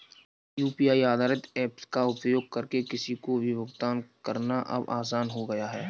UPI आधारित apps का उपयोग करके किसी को भी भुगतान करना अब आसान हो गया है